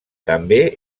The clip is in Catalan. també